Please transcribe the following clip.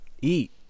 Eat